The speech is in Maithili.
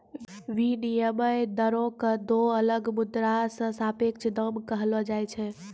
विनिमय दरो क दो अलग मुद्रा र सापेक्ष दाम कहलो जाय छै